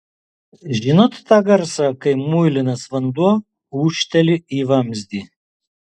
žinot tą garsą kai muilinas vanduo ūžteli į vamzdį